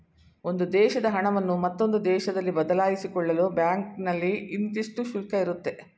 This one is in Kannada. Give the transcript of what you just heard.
ಒಂದು ದೇಶದ ಹಣವನ್ನು ಮತ್ತೊಂದು ದೇಶದಲ್ಲಿ ಬದಲಾಯಿಸಿಕೊಳ್ಳಲು ಬ್ಯಾಂಕ್ನಲ್ಲಿ ಇಂತಿಷ್ಟು ಶುಲ್ಕ ಇರುತ್ತೆ